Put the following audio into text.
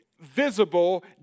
visible